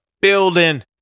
building